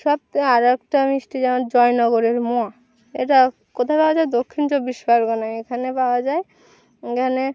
সব থেকে আরেকটা মিষ্টি যেমন জয়নগরের মোয়া এটা কোথায় পাওয়া যায় দক্ষিণ চব্বিশ পরগনায় এখানে পাওয়া যায় এখানে